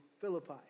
Philippi